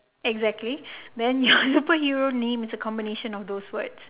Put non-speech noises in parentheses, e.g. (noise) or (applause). exactly then (laughs) your superhero name is a combination of those words